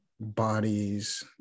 bodies